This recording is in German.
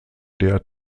der